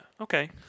Okay